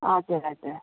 हजुर हजुर